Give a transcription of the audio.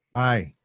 aye.